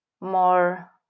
more